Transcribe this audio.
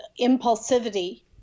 impulsivity